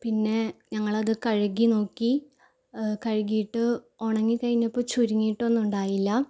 പിന്നെ ഞങ്ങളത് കഴുകി നോക്കി കഴുകിയിട്ട് ഉണങ്ങി കഴിഞ്ഞപ്പോൾ ചുരുങ്ങിയിട്ട് ഒന്നും ഉണ്ടായില്ല